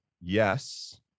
yes